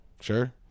Sure